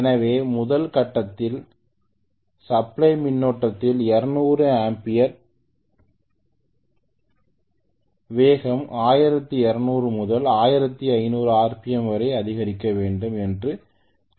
எனவே முதல் கடத்தல் சப்ளை மின்னோட்டம் 200 ஆம்பியர்ஸ் வேகம் 1200 முதல் 1500 ஆர்பிஎம் வரை அதிகரிக்க வேண்டும் என்று கூறுகிறது